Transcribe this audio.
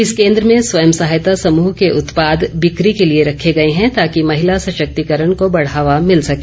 इस केंद्र में स्वयं सहायता समूह के उत्पाद बिकी के लिए रखे गए हैं ताकि महिलाँ सशक्तिकरण को बढ़ावा मिल सके